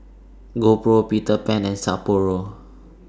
GoPro Peter Pan and Sapporo